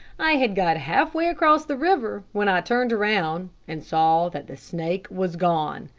i had got half way across the river, when i turned around and saw that the snake was gone.